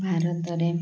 ଭାରତରେ